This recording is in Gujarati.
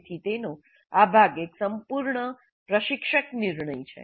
તેથી તેનો આ ભાગ એક સંપૂર્ણ પ્રશિક્ષક નિર્ણય છે